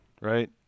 right